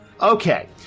Okay